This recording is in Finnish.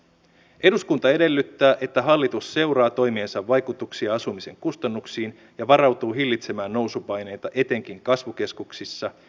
eduskunta edellyttää että hallitus seuraa toimiensa vaikutuksia asumisen kustannuksiin ja varautuu hillitsemään nousupaineita erityisesti kasvukeskuksissa